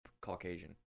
Caucasian